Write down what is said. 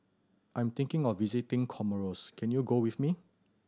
I am thinking of visiting Comoros can you go with me